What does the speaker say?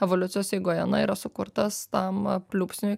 evoliucijos eigoje na yra sukurtas tam pliūpsniui